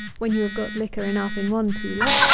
when you have got liquor enough in one cooler,